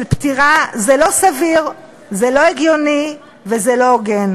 של פטירה, זה לא סביר, זה לא הגיוני וזה לא הוגן.